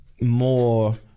more